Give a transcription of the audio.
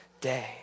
day